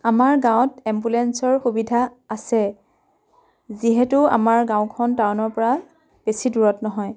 আমাৰ গাঁৱত এম্বুলেঞ্চৰ সুবিধা আছে যিহেতু আমাৰ গাঁওখন টাউনৰ পৰা বেছি দূৰত নহয়